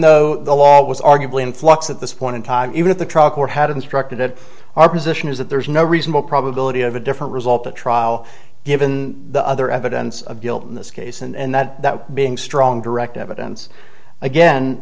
though the law was arguably in flux at this point in time even if the trial court had instructed our position is that there is no reasonable probability of a different result at trial given the other evidence of guilt in this case and that being strong direct evidence again